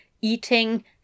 eating